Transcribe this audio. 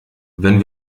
wenn